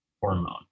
hormone